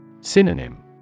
Synonym